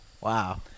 Wow